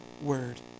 word